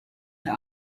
der